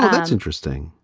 ah that's interesting.